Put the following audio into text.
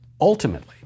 Ultimately